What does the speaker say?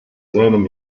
seinem